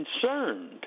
concerned